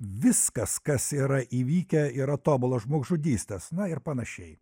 viskas kas yra įvykę yra tobulos žmogžudystės na ir panašiai